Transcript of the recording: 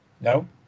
No